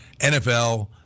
NFL